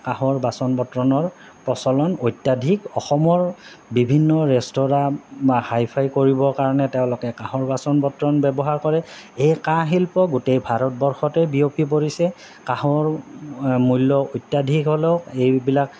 কাঁহৰ বাচন বৰ্তনৰ প্ৰচলন অত্যাধিক অসমৰ বিভিন্ন ৰেষ্টুৰাঁ হাই ফাই কৰিবৰ কাৰণে তেওঁলোকে কাঁহৰ বাচন বৰ্তন ব্যৱহাৰ কৰে এই কাঁহ শিল্প গোটেই ভাৰতবৰ্ষতে বিয়পি পৰিছে কাঁহৰ মূল্য অত্যাধিক হ'লেও এইবিলাক